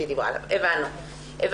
הבנו.